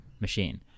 machine